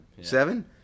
Seven